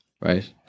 Right